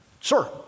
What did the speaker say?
Sir